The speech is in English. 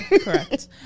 correct